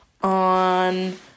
on